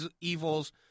evils